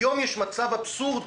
היום יש מצב אבסורדי